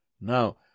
Now